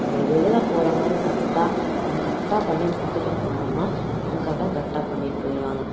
நம்ம எதில் போறோங்கிறது கரெக்டாக நம்ம கரெக்டாக பண்ணி கொடுத்துட்டு போனோம்னா அவங் கரெக்டாக கரெக்டாக பண்ணிட்டு போயிருவாங்க